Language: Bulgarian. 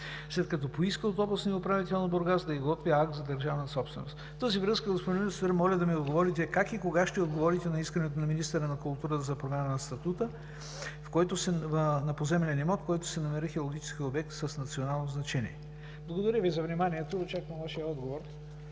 след като поиска от областния управител на Бургас да изготви акт за държавна собственост. В тази връзка моля да ми отговорите как и кога ще отговорите на искането на министъра на културата за промяна на статута на поземлен имот, в който се намира и археологическият обект с национално значение. Благодаря Ви за вниманието. Очаквам Вашия отговор.